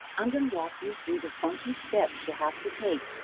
i'm going to walk you through the funky steps you have to take,